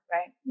Right